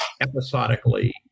episodically